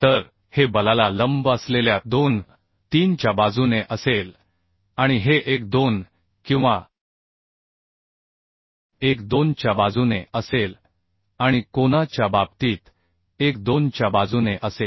तर हे बलाला लंब असलेल्या 23 च्या बाजूने असेल आणि हे 1 2 किंवा 1 2 च्या बाजूने असेल आणि कोना च्या बाबतीत 1 2 च्या बाजूने असेल